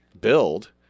build